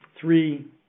three